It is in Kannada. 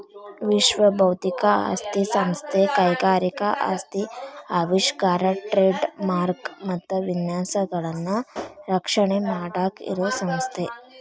ವಿಶ್ವ ಬೌದ್ಧಿಕ ಆಸ್ತಿ ಸಂಸ್ಥೆ ಕೈಗಾರಿಕಾ ಆಸ್ತಿ ಆವಿಷ್ಕಾರ ಟ್ರೇಡ್ ಮಾರ್ಕ ಮತ್ತ ವಿನ್ಯಾಸಗಳನ್ನ ರಕ್ಷಣೆ ಮಾಡಾಕ ಇರೋ ಸಂಸ್ಥೆ